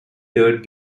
third